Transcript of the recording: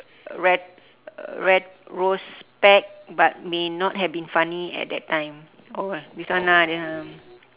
ret~ retrospect but may not have been funny at that time or what this one lah this one